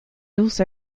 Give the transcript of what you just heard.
also